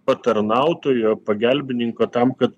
patarnautojo pagelbininko tam kad